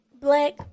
Black